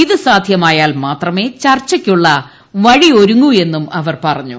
ഇത് സാധ്യമായാൽ മാത്രമേ ചർച്ച യ്ക്കുള്ള വഴിയൊരുങ്ങൂവെന്നും അവർ പറഞ്ഞു